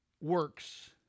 works